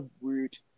word